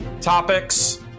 topics